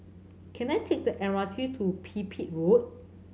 can I take the M R T to Pipit Road